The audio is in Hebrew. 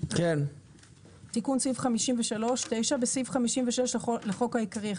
תיקון סעיף 53 בסעיף 53 לחוק העיקרי,